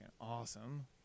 awesome